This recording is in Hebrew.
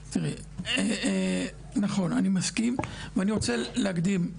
תראי, נכון, אני מסכים, ואני רוצה להקדים.